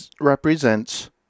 represents